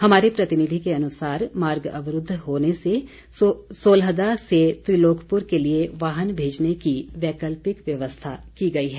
हमारे प्रतिनिधि के अनुसार मार्ग अवरूद्व होने से सोलहदा से त्रिलोकपुर के लिए वाहन भेजने की वैकल्पिक व्यवस्था की गई है